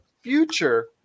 future